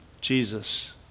Jesus